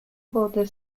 border